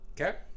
Okay